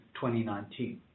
2019